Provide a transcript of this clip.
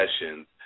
sessions